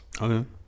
Okay